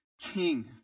king